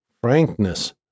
frankness